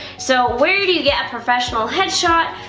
so where do do you get a professional headshot?